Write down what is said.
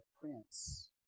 prince